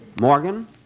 Morgan